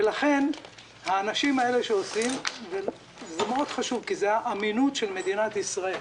זה חשוב מאוד כי זה האמינות של מדינת ישראל